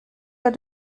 pas